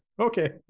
Okay